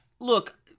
look